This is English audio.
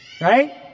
Right